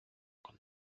con